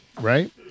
right